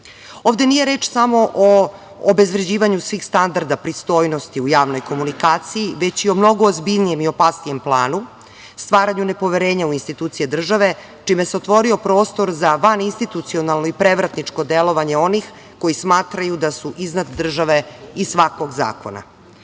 nije reč samo o obezvređivanju svih standarda pristojnosti u javnoj komunikaciji, već i o mnogo ozbiljnije i opasnijem planu, stvaranju nepoverenja u institucije države, čime se otvorio prostor za vaninstitucionalno i prevratničko delovanje onih koji smatraju da su iznad države i svakog zakona.U